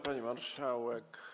Pani Marszałek!